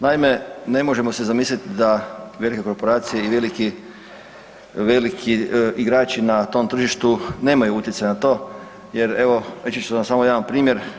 Naime, ne možemo si zamisliti da velike korporacije i veliki igrači na tom tržištu nemaju utjecaja na to, jer evo reći ću vam samo jedan primjer.